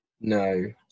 No